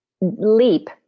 leap